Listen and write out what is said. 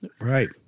Right